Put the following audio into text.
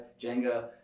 Jenga